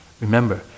remember